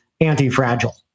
anti-fragile